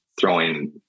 throwing